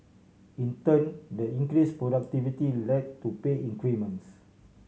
in turn the increase productivity led to pay increments